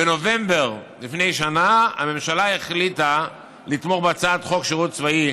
בנובמבר לפני שנה הממשלה החליטה לתמוך בהצעת חוק שירות צבאי,